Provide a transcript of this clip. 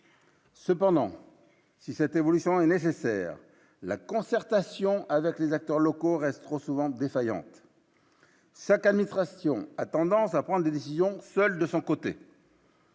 Cependant si cette évolution est nécessaire, la concertation avec les acteurs locaux restent trop souvent défaillante, sa canne effraction a tendance à prendre des décisions seul, de son côté.